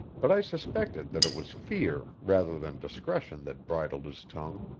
but i suspected that it was fear rather than discretion that bridled his tongue.